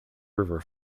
river